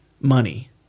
money